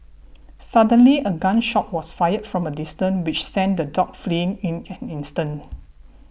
suddenly a gun shot was fired from a distance which sent the dogs fleeing in an instant